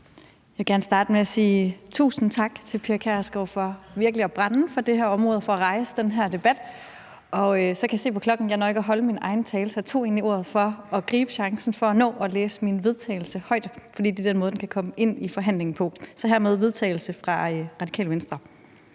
Jeg vil gerne starte med at sige tusind tak til Pia Kjærsgaard for virkelig at brænde for det her område og for at rejse den her debat. Jeg kan se på klokken, at jeg ikke når at holde min egen tale, så jeg tog lige ordet for at gribe chancen for at nå at læse min vedtagelsestekst højt, for det er den måde, den kan komme ind i forhandlingen på. Så hermed et forslag til vedtagelse fra Radikale Venstre: